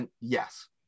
yes